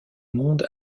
monde